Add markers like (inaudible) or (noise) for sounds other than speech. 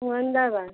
(unintelligible)